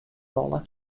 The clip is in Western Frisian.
wolle